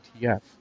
ETF